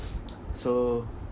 so